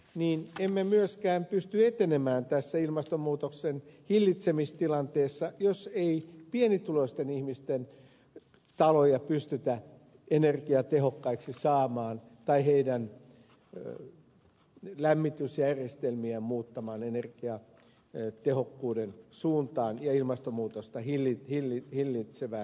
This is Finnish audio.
niin emme myöskään pysty etenemään tässä ilmastonmuutoksen hillitsemistilanteessa jos ei pienituloisten ihmisten taloja pystytä saamaan energiatehokkaiksi tai heidän lämmitysjärjestelmiään muuttamaan energiatehokkuuden suuntaan ja ilmastonmuutosta hillitsevään suuntaan